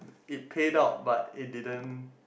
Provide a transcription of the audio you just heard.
it paid out but it didn't